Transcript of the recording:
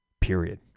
Period